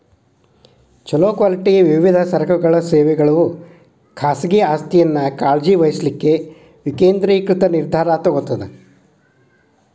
ಛೊಲೊ ಕ್ವಾಲಿಟಿ ವಿವಿಧ ಸರಕುಗಳ ಸೇವೆಗಳು ಖಾಸಗಿ ಆಸ್ತಿಯನ್ನ ಕಾಳಜಿ ವಹಿಸ್ಲಿಕ್ಕೆ ವಿಕೇಂದ್ರೇಕೃತ ನಿರ್ಧಾರಾ ತೊಗೊತದ